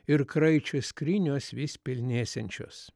ir kraičio skrynios vis pilnėsiančios